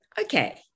okay